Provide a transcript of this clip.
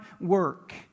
work